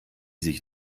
sich